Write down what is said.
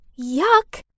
Yuck